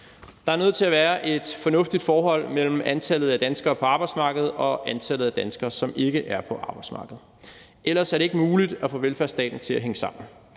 Der er nødt til at være et fornuftigt forhold mellem antallet af danskere på arbejdsmarkedet og antallet af danskere, som ikke er på arbejdsmarkedet. Ellers er det ikke muligt at få velfærdsstaten til at hænge sammen.